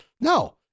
No